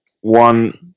one